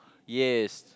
yes